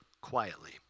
quietly